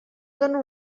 dono